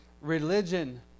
religion